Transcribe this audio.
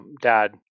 Dad